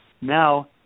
now –